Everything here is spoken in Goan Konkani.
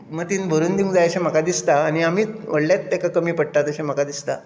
मतींत भरून दिवंक जाय अशें म्हाका दिसता आनी आमीच व्हडलेच ताका कमी पडटात अशें म्हाका दिसता